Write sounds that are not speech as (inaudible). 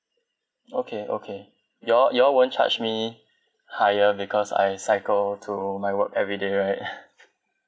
okay okay you all you all won't charge me higher because I cycle to my work everyday right (laughs)